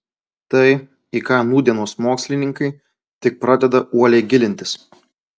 tai į ką nūdienos mokslininkai tik pradeda uoliai gilintis